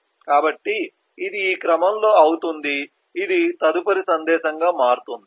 కాబట్టి ఇది ఈ క్రమంలో అవుతుంది ఇది తదుపరి సందేశంగా మారుతుంది